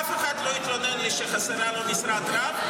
אף אחד לא התלונן לי שחסרה לו משרת רב.